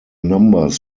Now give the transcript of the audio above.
numbers